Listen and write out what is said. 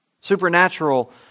Supernatural